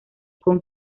con